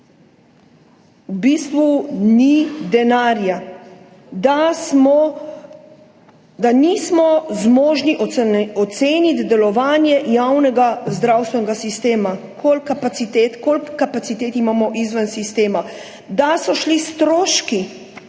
v bistvu ni denarja, da nismo zmožni oceniti delovanja javnega zdravstvenega sistema, koliko kapacitet imamo izven sistema, da so šli stroški